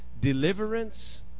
Deliverance